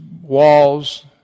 walls